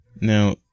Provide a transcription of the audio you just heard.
Now